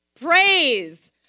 Praise